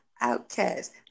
Outcast